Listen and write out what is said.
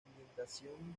ambientación